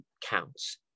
counts